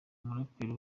umuraperi